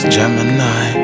Gemini